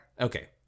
Okay